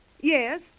Yes